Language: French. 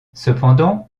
cependant